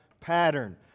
pattern